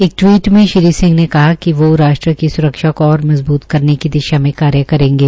एक टिवीट में श्री सिंह ने कहा कि वोह राष्ट्र की स्रक्षा को और मजबूत करने का दिशा में कार्य करेंगे